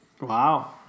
Wow